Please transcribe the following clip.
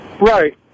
Right